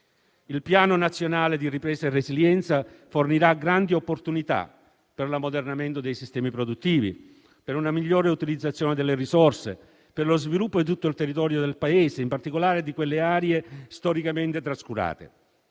Il Piano nazionale di ripresa e resilienza fornirà grandi opportunità per l'ammodernamento dei sistemi produttivi, per una migliore utilizzazione delle risorse, per lo sviluppo di tutto il territorio del Paese, in particolare di quelle aree storicamente trascurate,